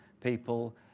people